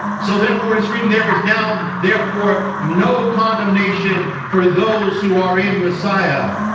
so therefore it is written there is now therefore no condemnation for those who are in messiah.